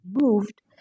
moved